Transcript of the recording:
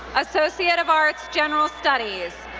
associate of arts, general studies.